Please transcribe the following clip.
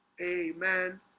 amen